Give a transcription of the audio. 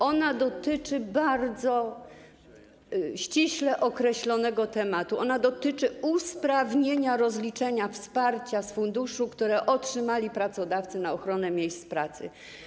Ona dotyczy bardzo ściśle określonego tematu: usprawnienia rozliczenia wsparcia z funduszu, które otrzymali pracodawcy na ochronę miejsc pracy.